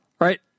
right